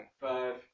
Five